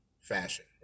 fashion